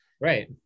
Right